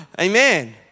Amen